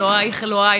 אלוהייך אלוהי,